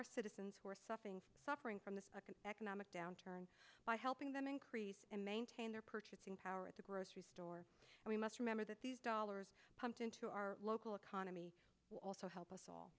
our citizens who are suffering suffering from this economic downturn by helping them increase and maintain their purchasing power at the grocery store and we must remember that these dollars pumped into our local economy will also help us all